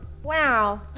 wow